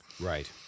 Right